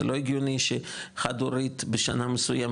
זה לא הגיוני שחד-הורית בשנה מסוימת,